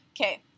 Okay